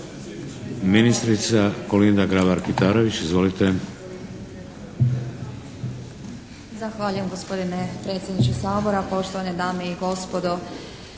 Ministrica Kolinda Grabar-Kitarović. Izvolite!